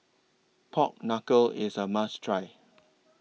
Pork Knuckle IS A must Try